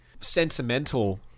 sentimental